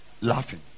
laughing